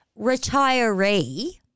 retiree